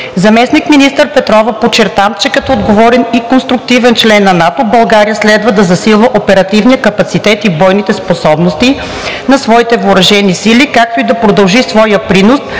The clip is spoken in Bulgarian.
Заместник-министър Петрова подчерта, че като отговорен и конструктивен член на НАТО България следва да засилва оперативния капацитет и бойните способности на своите въоръжени сили, както и да продължи своя принос